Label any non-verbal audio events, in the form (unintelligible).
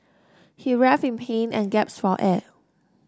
he writhed in pain and (unintelligible) for air